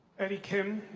eddie kim,